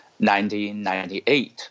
1998